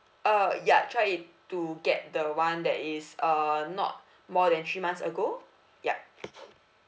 uh ya try it to get the [one] that is uh not more than three months ago yup